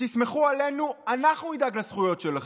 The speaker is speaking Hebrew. תסמכו עלינו, אנחנו נדאג לזכויות שלכם.